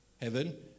heaven